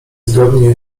zgodnie